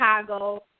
Chicago